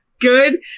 good